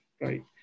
right